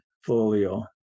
folio